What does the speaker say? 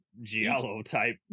giallo-type